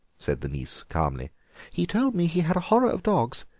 said the niece calmly he told me he had a horror of dogs.